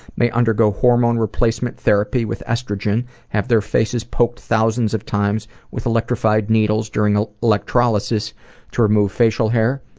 may undergo hormone replacement therapy with estrogen, have their faces poked thousands of times with electrified needles during ah electrolysis to remove facial hair,